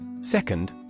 Second